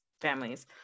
families